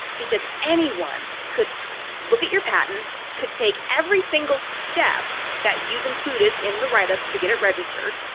because anyone could look at your patent could take every single step that you've included in the write up to get it registered,